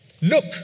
Look